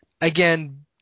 again